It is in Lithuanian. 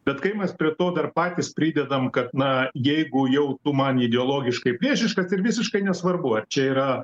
bet kai mes prie to dar patys pridedam kad na jeigu jau tu man ideologiškai priešiškas ir visiškai nesvarbu ar čia yra